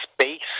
space